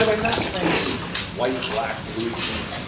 um i'm not trying to be white, black, blue, green,